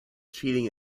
cheating